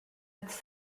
its